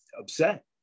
upset